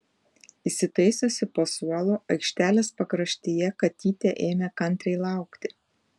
įsitaisiusi po suolu aikštelės pakraštyje katytė ėmė kantriai laukti